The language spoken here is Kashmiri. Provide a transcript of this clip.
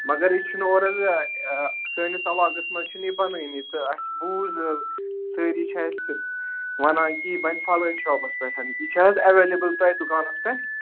مگر یہِ چھُنہٕ اورٕ حظ سٲنِس عَلاقَس منٛز چھُنہٕ یہِ بَنانٕے تہٕ اَسہِ بوٗز سٲری چھِ اَسہِ وَنان کہِ یہِ بَنہِ فَلٲنۍ شاپَس پٮ۪ٹھ یہِ چھا حظ ایٚویلیبُل تۄہہِ دُکانَس پٮ۪ٹھ